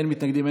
אין מתנגדים,